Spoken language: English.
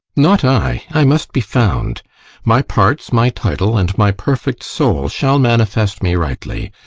not i i must be found my parts, my title, and my perfect soul shall manifest me rightly.